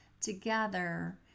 together